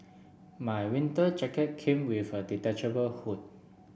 my winter jacket came with a detachable hood